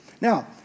now